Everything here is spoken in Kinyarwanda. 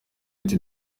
ati